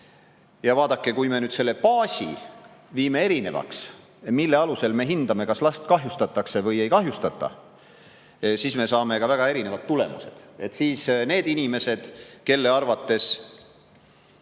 vaadake, kui me nüüd selle baasi viime erinevaks, mille alusel me hindame, kas last kahjustatakse või ei kahjustata, siis me saame väga erinevad tulemused. Siis need inimesed, kelle arvates,